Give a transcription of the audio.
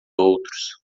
outros